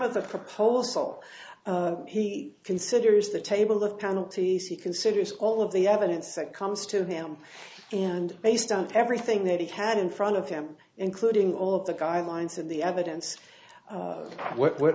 of the proposal he considers the table the penalties he considers all of the evidence that comes to him and based on everything that he had in front of them including all of the guidelines of the evidence what